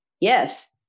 Yes